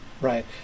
right